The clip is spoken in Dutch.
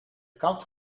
kat